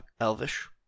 elvish